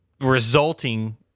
resulting